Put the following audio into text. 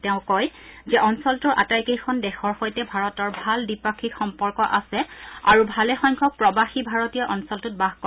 তেওঁ কয় যে অঞ্চলটোৰ আটাইকেইখন দেশৰ সৈতে ভাৰতৰ ভাল দ্বিপাক্ষিক সম্পৰ্ক আছে আৰু ভালেসংখ্যক প্ৰবাসী ভাৰতীয়ই অঞ্চলটোত বাস কৰে